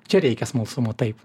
čia reikia smalsumo taip